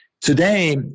Today